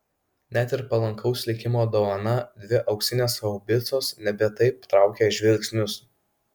net ir palankaus likimo dovana dvi auksinės haubicos nebe taip traukė žvilgsnius